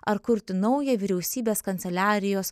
ar kurti naują vyriausybės kanceliarijos